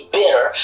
bitter